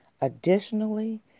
Additionally